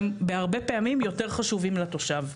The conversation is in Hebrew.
שהם בהרבה פעמים יותר חשובים לתושב.